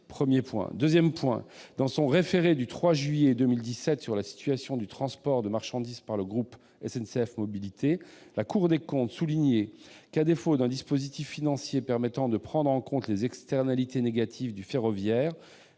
Par ailleurs, dans son référé du 3 juillet 2017 sur la situation du transport de marchandises par le groupe SNCF Mobilités, la Cour des comptes a souligné que, à défaut d'un dispositif financier permettant de prendre en compte les externalités négatives de la route,